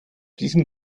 diesem